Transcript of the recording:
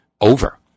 over